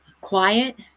quiet